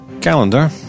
calendar